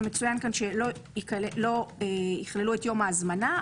ומצויין כאן שלא יכללו את יום ההזמנה,